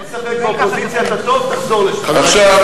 אין ספק, באופוזיציה אתה טוב, תחזור לשם.